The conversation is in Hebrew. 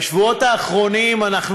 בשבועות האחרונים אנחנו